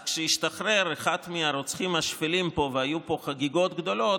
אז כשהשתחרר אחד מהרוצחים השפלים פה והיו פה חגיגות גדולות,